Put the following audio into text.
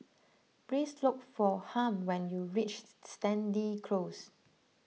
please look for Harm when you reach Stangee Close